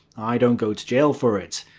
i don't go to jail for it.